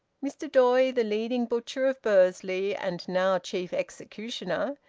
mr doy, the leading butcher of bursley, and now chief executioner,